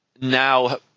now